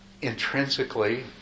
intrinsically